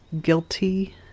guilty